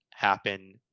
happen